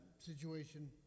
situation